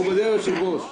יתרה מזאת,